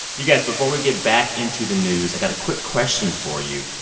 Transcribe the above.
you guys, before we get back into the news, i got a quick question for you.